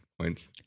points